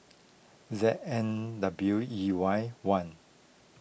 Z N W E Y one